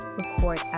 record